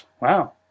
Wow